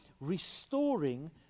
restoring